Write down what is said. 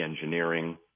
engineering